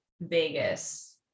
Vegas